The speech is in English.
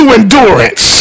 endurance